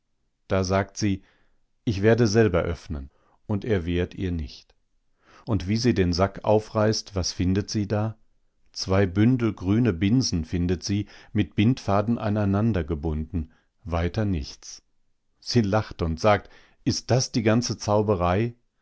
da sagt sie ich werde selber öffnen und er wehrt ihr nicht und wie sie den sack aufreißt was findet sie da zwei bündel grüne binsen findet sie mit bindfaden aneinandergebunden weiter nichts sie lacht und sagt ist das die ganze zauberei